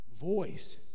voice